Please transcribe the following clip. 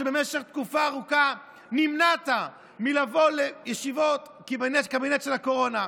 שבמשך תקופה ארוכה נמנעת מלבוא לישיבות קבינט של הקורונה,